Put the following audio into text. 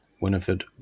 Winifred